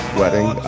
wedding